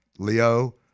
Leo